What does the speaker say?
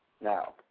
Now